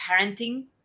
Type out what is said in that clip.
parenting